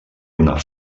una